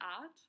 art